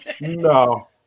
No